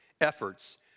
efforts